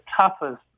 toughest